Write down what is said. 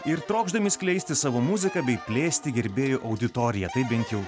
ir trokšdami skleisti savo muziką bei plėsti gerbėjų auditoriją tai bent jau